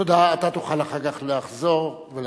תודה, אתה תוכל אחר כך לחזור ולהשיב.